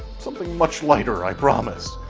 something much lighter i promise.